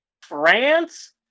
France